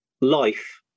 life